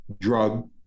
drug